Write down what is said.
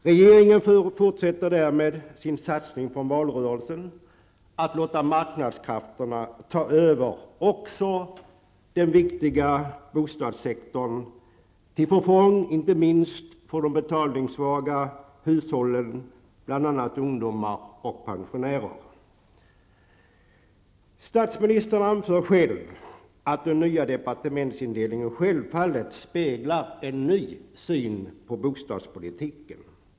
Regeringen fortsätter därmed sin satsning från valrörelsen, att låta marknadskrafterna ta över också den viktiga bostadssektorn, till förfång inte minst för de betalningssvaga hushållen, bl.a. ungdomar och pensionärer. Statsministern anför själv att den nya departementsindelningen självfallet speglar en ny syn på bostadspolitiken.